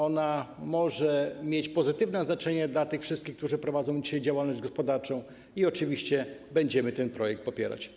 Ona może mieć pozytywne znaczenie dla tych wszystkich, którzy prowadzą dzisiaj działalność gospodarczą, i oczywiście będziemy ten projekt popierać.